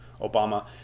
Obama